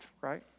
right